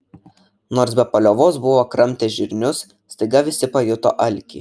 nors be paliovos buvo kramtę žirnius staiga visi pajuto alkį